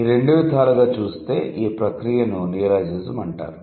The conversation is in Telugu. ఈ రెండు విధాలుగా చూస్తే ఈ ప్రక్రియను నియోలాజిజంఅంటారు